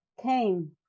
came